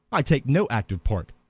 i take no active part